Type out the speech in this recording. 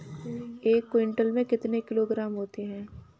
एक क्विंटल में कितने किलोग्राम होते हैं?